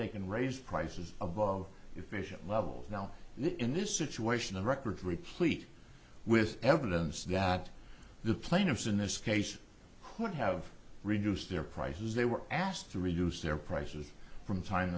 they can raise prices above efficient levels now and in this situation the record replete with evidence that the plaintiffs in this case could have reduced their prices they were asked to reduce their prices from time